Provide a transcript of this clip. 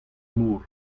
mor